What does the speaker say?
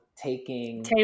taking